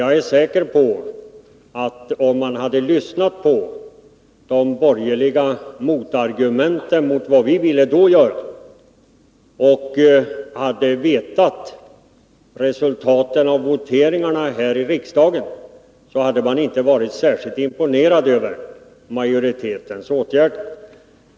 Jag är säker på att om man hade lyssnat på de borgerliga motargumenten mot vad vi ville göra och hade vetat resultatet av voteringarna i riksdagen, hade man inte varit särskilt imponerad av majoritetens åtgärder.